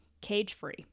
cage-free